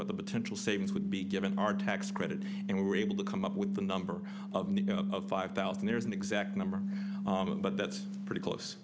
what the potential savings would be given our tax credits and we were able to come up with the number of five thousand there's an exact number but that's pretty close